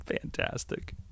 Fantastic